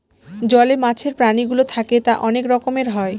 জলে মাছের প্রাণীগুলো থাকে তা অনেক রকমের হয়